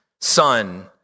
son